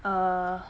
uh